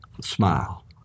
smile